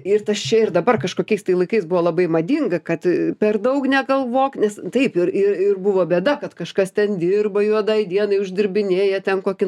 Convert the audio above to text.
ir tas čia ir dabar kažkokiais tais laikais buvo labai madinga kad per daug negalvok nes taip ir ir ir buvo bėda kad kažkas ten dirba juodai dienai uždirbinėja ten kokį